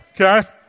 okay